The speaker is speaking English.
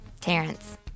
Terrence